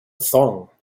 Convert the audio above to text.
thong